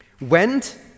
went